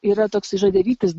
yra toksai žodelytis